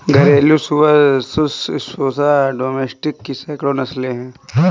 घरेलू सुअर सुस स्क्रोफा डोमेस्टिकस की सैकड़ों नस्लें हैं